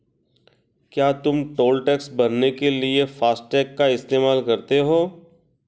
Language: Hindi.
क्या तुम टोल टैक्स भरने के लिए फासटेग का इस्तेमाल करते हो?